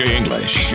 English